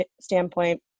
standpoint